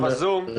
בזום).